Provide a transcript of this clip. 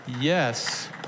Yes